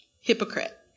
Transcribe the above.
Hypocrite